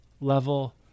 level